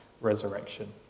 resurrection